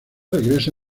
regresa